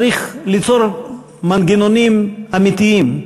צריך ליצור מנגנונים אמיתיים,